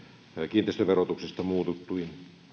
kiinteistöverotuksesta muututtiin